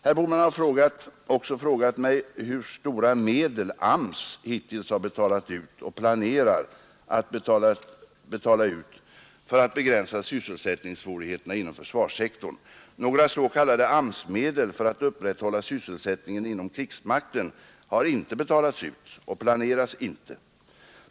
Herr Bohman har också frågat mig hur stora medel AMS hittills har betalat ut och planerar att betala ut för att begränsa sysselsättningssvårigheterna inom försvarssektorn. Några s.k. AMS-medel för att upprätthålla sysse krigsmakten har inte betalats ut och planeras inte.